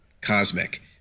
cosmic